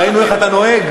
ראינו איך אתה נוהג.